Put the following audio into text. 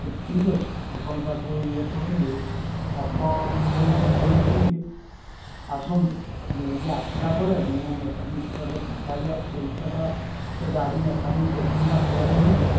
ହଉ ଠିକ୍ଅଛି ଆପଣ ତାକୁ ଇଏ କରନ୍ତୁ ଆପଣ ଆପଣ ତାକୁ ନେଇକି ଆସନ୍ତୁ ନେଇକି ଆସିଲାପରେ ମୁଁ ମୋ ମେକାନିକ୍ ସହିତ କଥାହେବି ଆଉ ପଇସାଟା ସେ ଗ ଡ଼ି ମେକାନିକ୍ ଦେଖିଲାପରେ ହିଁ